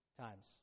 times